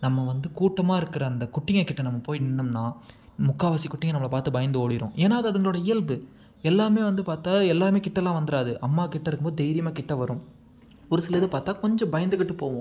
நம்ம வந்து கூட்டமா இருக்குற அந்த குட்டிங்க கிட்ட நம்ம போய் நின்னம்ன்னா முக்காவாசி குட்டிங்க நம்மளை பார்த்து பயந்து ஓடிடும் ஏன்னா அது அதுங்களோட இயல்பு எல்லாமே வந்து பார்த்தா எல்லாமே கிட்டலாம் வந்துடாது அம்மா கிட்ட இருக்கும்போது தைரியமா கிட்ட வரும் ஒரு சிலரது பார்த்தா கொஞ்சம் பயந்துகிட்டு போகும்